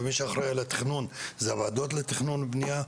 ומי שאחראי על התכנון זה הוועדות לתכנון ובנייה,